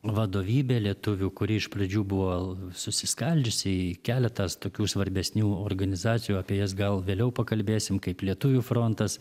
vadovybė lietuvių kuri iš pradžių buvo susiskaldžiusi į keletą tokių svarbesnių organizacijų apie jas gal vėliau pakalbėsim kaip lietuvių frontas